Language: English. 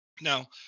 Now